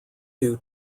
due